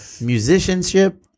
musicianship